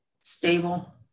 Stable